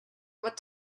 what